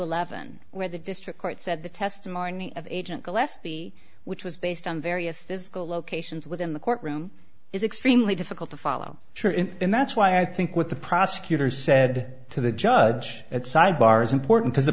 eleven where the district court said the testimony of agent gillespie which was based on various physical locations within the courtroom is extremely difficult to follow and that's why i think what the prosecutor said to the judge at sidebar is important that the